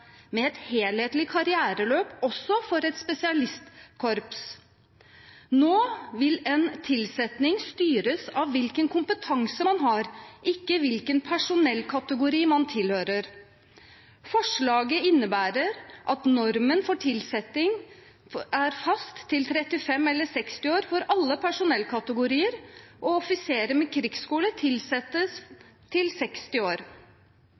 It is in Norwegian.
med et helhetlig karriereløp også for et spesialistkorps. Nå vil en tilsetting styres av hvilken kompetanse man har, ikke hvilken personellkategori man tilhører. Forslaget innebærer at normen for tilsetting er fast til 35 eller 60 år for alle personellkategorier, og offiserer med krigsskole tilsettes til 60 år.